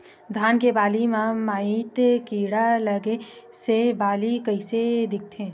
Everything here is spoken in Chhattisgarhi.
धान के बालि म माईट कीड़ा लगे से बालि कइसे दिखथे?